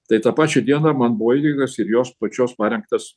tai tą pačią dieną man buvo įteiktas ir jos pačios parengtas